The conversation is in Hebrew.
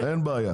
בינתיים,